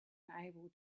unable